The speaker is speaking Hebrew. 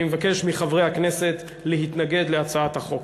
אני מבקש מחברי הכנסת להתנגד להצעת החוק.